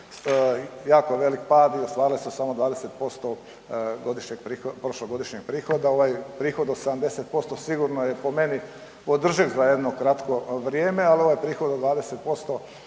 jako velik pad i ostvarile su samo 20% godišnjeg prošlogodišnjeg prihoda. Ovaj prihod od 70% sigurno je po meni održiv za jedno kratko vrijeme, ali ovaj prihod od 20%